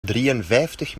drieënvijftig